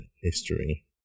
history